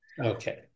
Okay